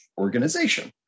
organization